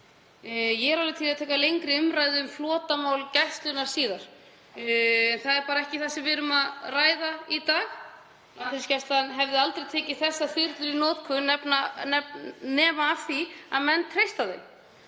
Ég er alveg til í að taka lengri umræðu um flotamál Gæslunnar síðar. Það er bara ekki það sem við erum að ræða í dag. Landhelgisgæslan hefði aldrei tekið þessar þyrlur í notkun nema af því að menn treysta þeim.